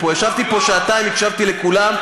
ישבתי פה שעתיים והקשבתי לכולם.